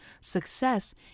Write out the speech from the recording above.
success